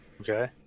Okay